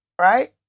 Right